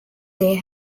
they